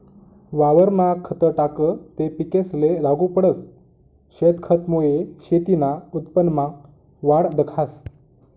वावरमा खत टाकं ते पिकेसले लागू पडस, शेनखतमुये शेतीना उत्पन्नमा वाढ दखास